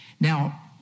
Now